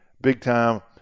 big-time